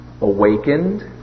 awakened